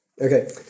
Okay